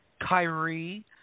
Kyrie